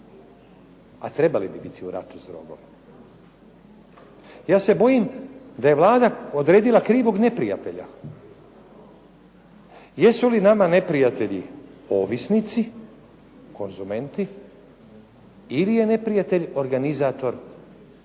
A trebali bi biti u ratu s drogom. Ja se bojim da je Vlada odredila krivog neprijatelja. Jesu li nama neprijatelji ovisnici, konzumenti ili je neprijatelj organizator trgovine